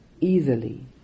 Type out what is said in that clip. easily